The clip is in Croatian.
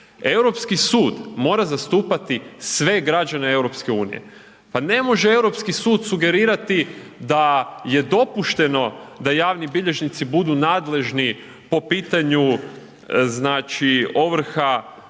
Europski sud mora zastupati sve građane EU. Pa ne može Europski sud sugerirati da je dopušteno da javni bilježnici budu nadležni po pitanju ovrha